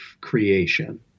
creation